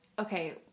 okay